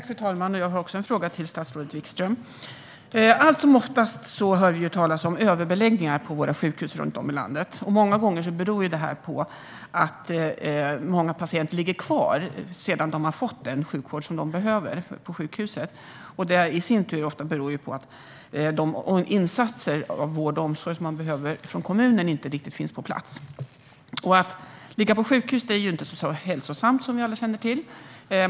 Fru talman! Även jag har en fråga till statsrådet Wikström. Allt som oftast hör vi talas om överbeläggningar på sjukhusen runt om i landet. Många gånger beror det på att patienter ligger kvar efter att de har fått den sjukvård som de behöver på sjukhuset. Det beror i sin tur ofta på att de insatser av vård och omsorg som man behöver från kommunen inte riktigt finns på plats. Som vi alla känner till är det inte så hälsosamt att ligga på sjukhus.